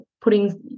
putting